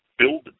build